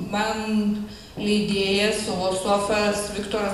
man leidėjas filosofas viktoras